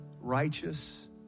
righteous